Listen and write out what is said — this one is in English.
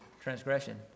transgression